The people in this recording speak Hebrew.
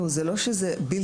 זה לא שזה בלתי אפשרי.